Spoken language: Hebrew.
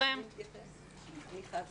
תודה רבה.